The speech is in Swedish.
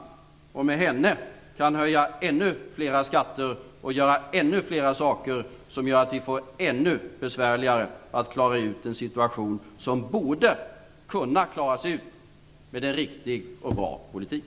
Tillsammans med henne skall han höja flera skatter och göra ännu flera saker som leder till att vi får det ännu besvärligare att klara en situation som borde klaras med en riktig och bra politik.